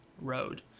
road